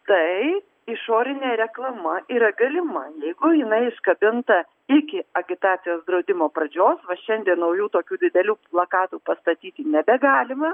tai išorinė reklama yra galima jeigu jinai iškabinta iki agitacijos draudimo pradžios va šiandien naujų tokių didelių plakatų pastatyti nebegalima